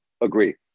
agree